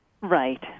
Right